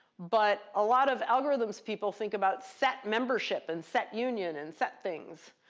but a lot of algorithms people think about set membership, and set union, and set things.